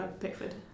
Pickford